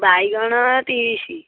ବାଇଗଣ ତିରିଶ